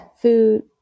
food